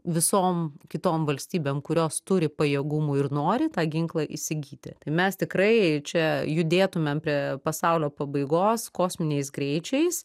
visom kitom valstybėm kurios turi pajėgumų ir nori tą ginklą įsigyti tai mes tikrai čia judėtumėm prie pasaulio pabaigos kosminiais greičiais